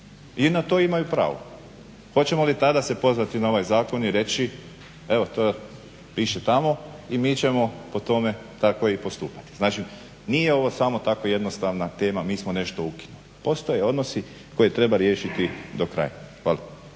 I na to imaju pravu. Hoćemo li se tada pozvati na ovaj zakon i reći, evo to piše tamo i mi ćemo po tome tako i postupati. Znači, nije ovo samo tako jednostavna tema, mi smo nešto ukinuli. Postoje odnosi koje treba riješiti do kraja. Hvala.